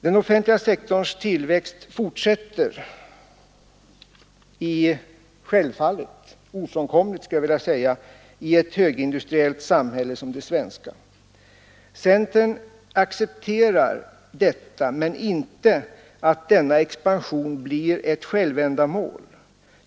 Den offentliga sektorns tillväxt fortsätter, vilket är ofrånkomligt i ett högindustriellt samhälle som det svenska. Centern accepterar detta, men den accepterar inte att denna expansion blir ett självändamål.